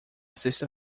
sexta